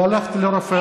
הלכתי לרופא,